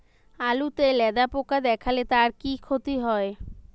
আলুতে লেদা পোকা দেখালে তার কি ক্ষতি হয়?